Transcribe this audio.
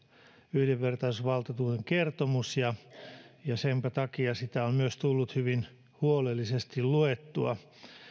yhdenvertaisuusvaltuutetun kertomus ja senpä takia sitä on myös tullut hyvin huolellisesti luettua